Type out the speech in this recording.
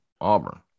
Auburn